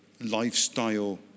lifestyle